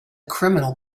criminal